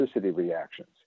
reactions